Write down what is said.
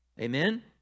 Amen